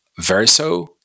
verso